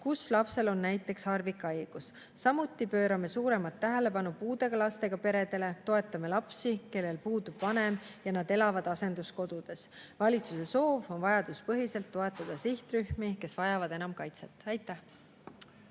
kus lapsel on näiteks harvikhaigus. Samuti pöörame suuremat tähelepanu puudega lastega peredele, toetame lapsi, kellel puudub vanem ja kes elavad asenduskodudes. Valitsuse soov on vajaduspõhiselt toetada sihtrühmi, kes vajavad enam kaitset. Aitäh!